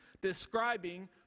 describing